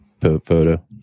photo